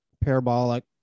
parabolic